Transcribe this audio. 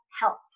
health